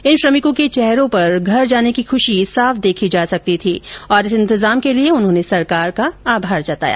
इन श्रमिकों के चेहरों पर घर जाने की खुशी साफ देखी जा सकती है और इस इंतजाम के लिए इन्होंने सरकार का आभार जताया